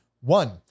One